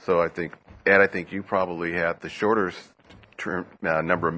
so i think and i think you probably have the shorter term number